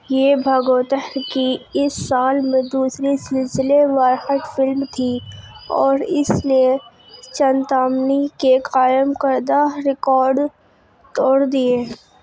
یہ بھاگوتھر کی اس سال میں دوسری سلسلے وار ہٹ فلم تھی اور اس نے چنتامنی کے قائم کردہ ریکاڈ توڑ دیے